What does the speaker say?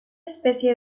especie